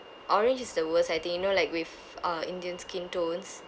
orange is the worst I think you know like with uh indian skin tones